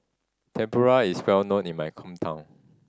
tempura is well known in my hometown